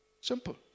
Simple